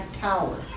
power